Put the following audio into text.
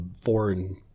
foreign